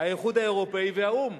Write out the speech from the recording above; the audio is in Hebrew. האיחוד האירופי והאו"ם.